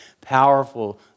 powerful